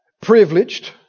privileged